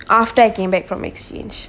after I came back from exchange